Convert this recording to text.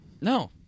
No